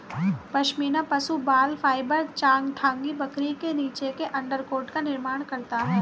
पश्मीना पशु बाल फाइबर चांगथांगी बकरी के नीचे के अंडरकोट का निर्माण करता है